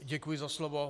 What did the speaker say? Děkuji za slovo.